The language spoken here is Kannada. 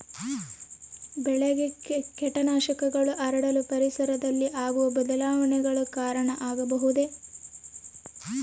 ಬೆಳೆಗೆ ಕೇಟನಾಶಕಗಳು ಹರಡಲು ಪರಿಸರದಲ್ಲಿ ಆಗುವ ಬದಲಾವಣೆಗಳು ಕಾರಣ ಆಗಬಹುದೇ?